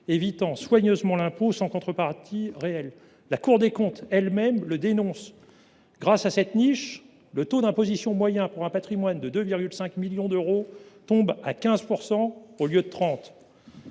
évitant soigneusement l’impôt sans contrepartie réelle. La Cour des comptes elle même le dénonce. Grâce à cette niche, le taux d’imposition moyen pour un patrimoine de 2,5 millions d’euros tombe à 15 %, au lieu de 30 %.